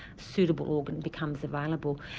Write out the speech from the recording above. suitable organ becomes available.